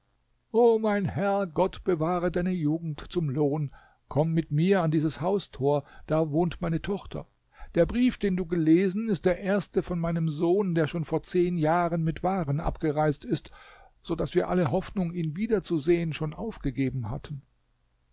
o mein herr gott bewahre deine jugend zum lohn komm mit mir an dieses haustor da wohnt meine tochter der brief den du gelesen ist der erste von meinem sohn der schon vor zehn jahren mit waren abgereist ist so daß wir alle hoffnung ihn wiederzusehen schon aufgegeben hatten